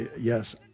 yes